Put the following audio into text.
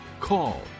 call